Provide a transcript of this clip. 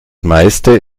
meiste